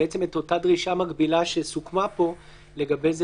אותה דרישה מקבילה שסוכמה פה לגבי זה